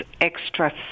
extra